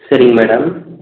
சரிங்க மேடம்